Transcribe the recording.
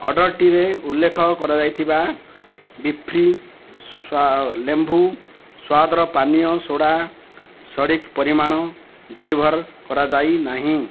ଅର୍ଡ଼ର୍ଟିରେ ଉଲ୍ଲେଖ କରାଯାଇଥିବା ବିଫ୍ରି ସ୍ୱା ଲେମ୍ବୁ ସ୍ୱାଦର ପାନୀୟ ସୋଡ଼ାର ସଠିକ୍ ପରିମାଣ ଡେଲିଭର୍ କରାଯାଇ ନାହିଁ